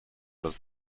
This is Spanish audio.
los